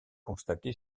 constaté